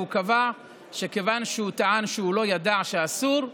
והוא קבע שכיוון שהוא טען שהוא לא ידע שאסור,